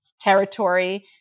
territory